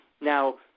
Now